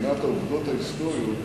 אמין אל-חוסייני,